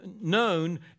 known